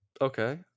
Okay